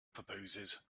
proposes